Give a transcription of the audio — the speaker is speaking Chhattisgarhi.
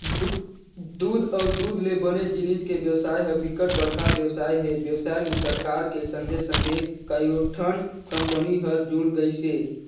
दूद अउ दूद ले बने जिनिस के बेवसाय ह बिकट बड़का बेवसाय हे, बेवसाय में सरकार के संघे संघे कयोठन कंपनी हर जुड़ गइसे